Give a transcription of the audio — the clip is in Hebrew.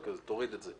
תוריד את זה.